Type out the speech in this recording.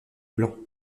blancs